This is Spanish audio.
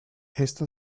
esta